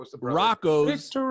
Rocco's